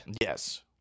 Yes